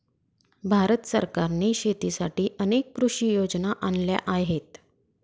भारत सरकारने शेतीसाठी अनेक कृषी योजना आणल्या आहेत